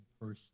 person